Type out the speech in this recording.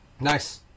Nice